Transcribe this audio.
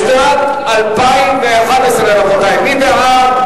לשנת הכספים 2011, לא נתקבלה.